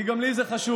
כי גם לי זה חשוב.